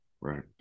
Right